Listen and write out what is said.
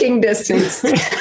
distance